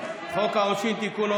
העונשין (תיקון,